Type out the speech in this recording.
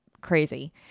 crazy